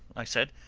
i said.